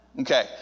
Okay